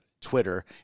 Twitter